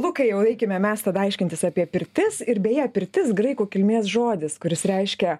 lukai jau eikime mes tada aiškintis apie pirtis ir beje pirtis graikų kilmės žodis kuris reiškia